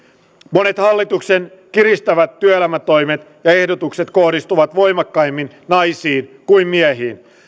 monet hallituksen kiristävät työelämätoimet ja ehdotukset kohdistuvat voimakkaammin naisiin kuin miehiin